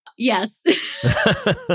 Yes